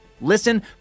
Listen